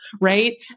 right